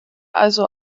also